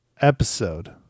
episode